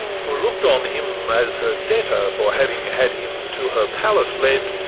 who look'd on him as her debtor for having had him to her palace led,